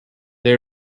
they